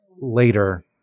later